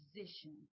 position